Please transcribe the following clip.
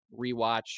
rewatch